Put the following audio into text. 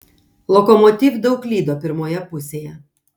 lokomotiv daug klydo pirmoje pusėje